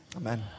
amen